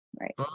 Right